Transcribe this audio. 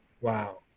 Wow